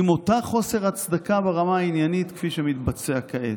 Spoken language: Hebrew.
עם אותו חוסר הצדקה ברמה העניינית כפי שמתבצע כעת,